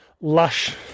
lush